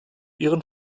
ihren